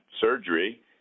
surgery